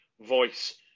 voice